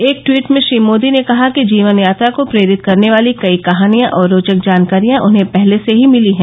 एक ट्वीट में श्री मोदी ने कहा कि जीवन यात्रा को प्रेरित करने वाली कई कहानियां और रोचक जानकारियां उन्हें पहले से ही मिली हैं